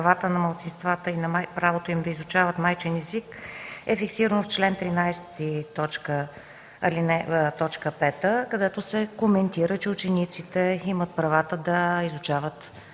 правата на малцинствата и правото им да изучават майчиния език е фиксирано в чл. 13, т. 5, където се коментира, че учениците имат правата да изучават